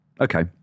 Okay